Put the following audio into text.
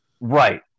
Right